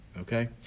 Okay